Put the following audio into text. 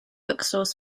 bookstores